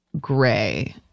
gray